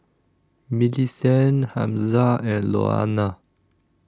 Millicent Hamza and Louanna